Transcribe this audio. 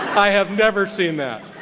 i have never seen that